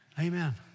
Amen